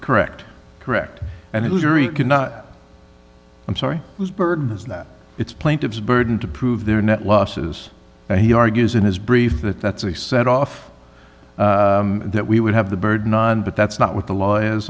correct correct and it was not i'm sorry burdens that it's plaintiff's burden to prove their net losses and he argues in his brief that that's a set off that we would have the burden on but that's not what the law